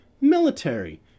military